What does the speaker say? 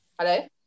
hello